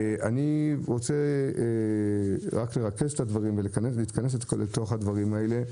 אני רוצה לרכז את הדברים ולהתכנס אל תוך הדברים האלה.